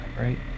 right